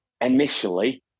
Initially